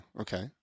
Okay